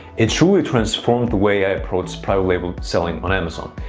it truly transformed the way i approached private label selling on amazon.